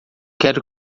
quero